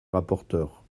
rapporteur